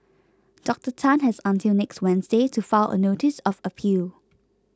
Doctor Tan has until next Wednesday to file a notice of appeal